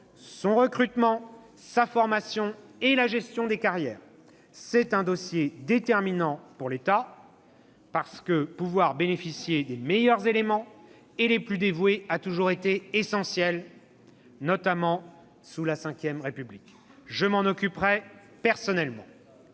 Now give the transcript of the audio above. son recrutement, sa formation et la gestion des carrières. C'est un dossier déterminant pour l'État, parce que pouvoir bénéficier des meilleurs éléments, et des plus dévoués, a toujours été essentiel. Je m'en occuperai personnellement.